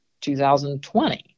2020